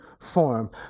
form